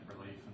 relief